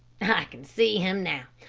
i can see him now.